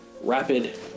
Rapid